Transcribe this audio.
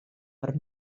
per